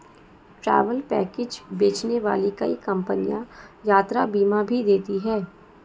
travel package बेचने वाली कई कंपनियां यात्रा बीमा भी देती हैं